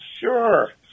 Sure